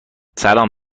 سلام